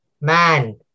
Man